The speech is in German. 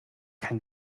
kann